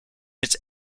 its